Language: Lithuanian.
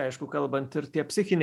aišku kalbant ir tie psichiniai